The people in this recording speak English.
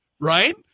right